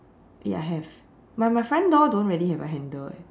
ya have my my front door don't really have a handle eh